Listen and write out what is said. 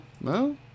No